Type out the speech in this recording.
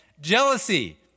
jealousy